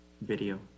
video